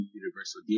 universal